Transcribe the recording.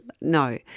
No